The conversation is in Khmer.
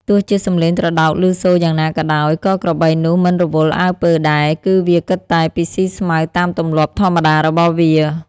ទោះជាសំេឡងត្រដោកឮសូរយ៉ាងណាក៏ដោយ ក៏ក្របីនោះមិនរវល់អើពើដែរ គឺវាគិតតែពីស៊ីស្មៅតាមទម្លាប់ធម្មតារបស់វា។